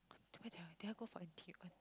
where did I go did I go for N_T_U one